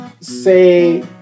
say